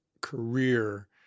career